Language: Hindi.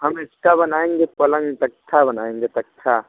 हम एक्स्ट्रा बनाएंगे पलंग तख़्ता बनाएंगे तख़्ता